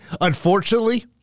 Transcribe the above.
Unfortunately